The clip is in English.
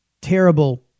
terrible